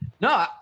No